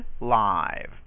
live